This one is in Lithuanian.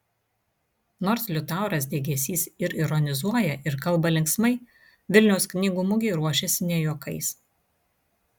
nors liutauras degėsys ir ironizuoja ir kalba linksmai vilniaus knygų mugei ruošiasi ne juokais